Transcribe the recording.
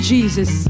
Jesus